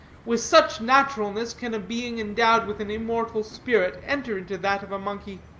with such naturalness can a being endowed with an immortal spirit enter into that of a monkey.